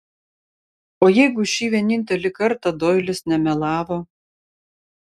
o jeigu šį vienintelį kartą doilis nemelavo